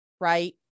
right